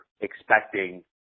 expecting